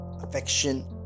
affection